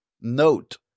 note